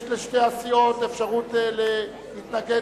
יש לשתי הסיעות אפשרות להתנגד,